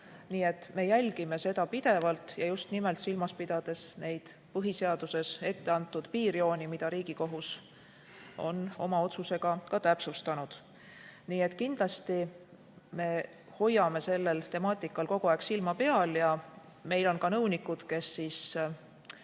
Nii et me jälgime seda pidevalt, just nimelt silmas pidades neid põhiseaduses etteantud piirjooni, mida Riigikohus on oma otsusega täpsustanud. Kindlasti me hoiame sellel temaatikal kogu aeg silma peal. Meil on ka nõunikud, kes nendes